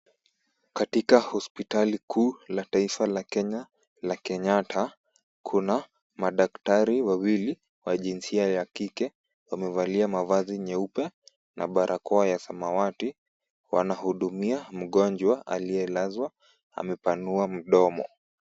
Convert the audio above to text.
Katika hospitali kuu la taifa la Kenya, la Kenyatta, kuna madaktari wawili wa jinsia ya kike wamevalia mavazi nyeupe na barakoa ya samawati, wanahudumia mgonjwa aliyelazwa amepanua mdomo.